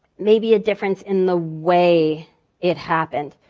maybe a difference in the way it happened.